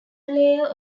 player